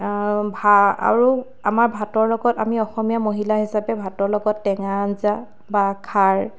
ভা আৰু আমাৰ ভাতৰ লগত আমি অসমীয়া মহিলা হিচাপে ভাতৰ লগত টেঙা আঞ্জা বা খাৰ